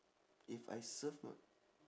if I serve uh